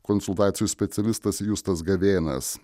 konsultacijų specialistas justas gavėnas